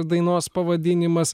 dainos pavadinimas